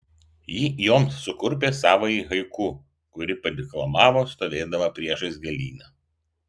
ji joms sukurpė savąjį haiku kurį padeklamavo stovėdama priešais gėlyną